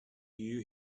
you